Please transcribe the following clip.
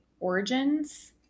Origins